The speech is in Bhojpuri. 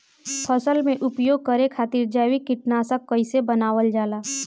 फसल में उपयोग करे खातिर जैविक कीटनाशक कइसे बनावल जाला?